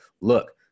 look